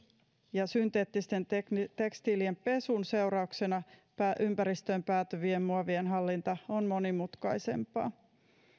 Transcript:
ja synteettisten tekstiilien pesun seurauksena ympäristöön päätyvien muovien hallinta on monimutkaisempaa